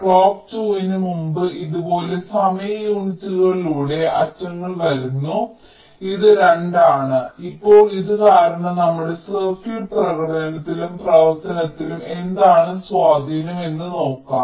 clock 2 ന് മുമ്പ് ഇതുപോലുള്ള സമയ യൂണിറ്റുകളിലൂടെ അറ്റങ്ങൾ വരുന്നു ഇത് 2 ആണ് ഇപ്പോൾ ഇത് കാരണം നമ്മുടെ സർക്യൂട്ട് പ്രകടനത്തിലും പ്രവർത്തനത്തിലും എന്താണ് സ്വാധീനം എന്ന് നോക്കാം